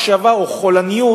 מחשבה או חולניות,